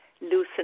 loosen